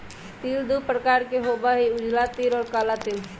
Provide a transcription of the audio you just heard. तिल दु प्रकार के होबा हई उजला तिल और काला तिल